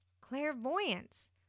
Clairvoyance